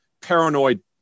paranoid